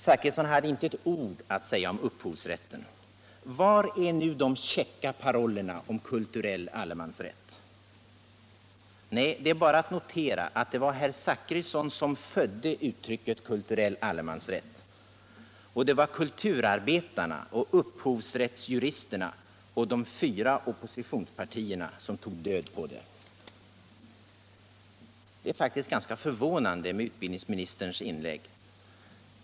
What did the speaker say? Herr Zachrisson hade inte ett ord att säga om upphovsrätten. Var är nu de käcka parollerna om kulturell allemansrätt? Nej, det är bara att notera alt det var herr Zachrisson som födde uttrycket kulturell al Iemansrätt och att det var kulturarbetarna, upphovsrättsjuristerna och de fyra oppositionspartierna som tog död på det. Utbildningsministerns inlägg är faktiskt ganska förvånande.